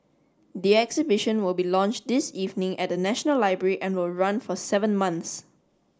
the exhibition will be launched this evening at the National Library and will run for seven months